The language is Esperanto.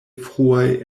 fruaj